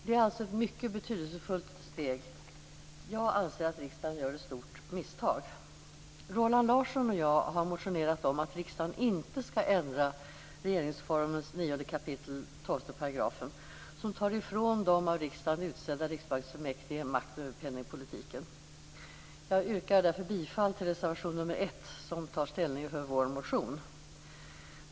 Det är ett mycket betydelsefullt steg. Jag anser att riksdagen gör ett stort misstag. Roland Larsson och jag har motionerat om att riksdagen inte skall ändra regeringsformen 9 kap. 12 § och ta ifrån de av riksdagen utsedda riksbanksfullmäktige makten över penningpolitiken. Jag yrkar därför bifall till reservation nr 1, där man tar ställning för vår motion.